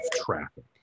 traffic